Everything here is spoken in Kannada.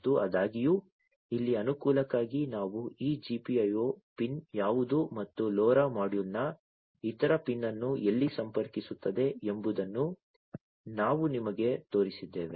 ಮತ್ತು ಆದಾಗ್ಯೂ ಇಲ್ಲಿ ಅನುಕೂಲಕ್ಕಾಗಿ ನಾವು ಈ GPIO ಪಿನ್ ಯಾವುದು ಮತ್ತು LoRa ಮಾಡ್ಯೂಲ್ನ ಇತರ ಪಿನ್ ಅನ್ನು ಎಲ್ಲಿ ಸಂಪರ್ಕಿಸುತ್ತದೆ ಎಂಬುದನ್ನು ನಾವು ನಿಮಗೆ ತೋರಿಸಿದ್ದೇವೆ